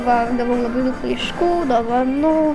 va gavau labai daug laiškų dovanų